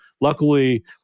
luckily